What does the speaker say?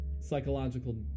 psychological